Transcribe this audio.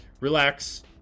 relax